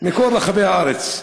מכל רחבי הארץ,